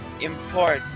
import